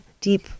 deep